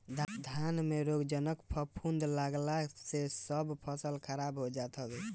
धान में रोगजनक फफूंद लागला से सब फसल खराब हो जात हवे